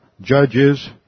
judges